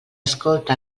escolta